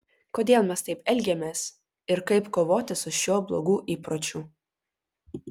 kodėl mes taip elgiamės ir kaip kovoti su šiuo blogu įpročiu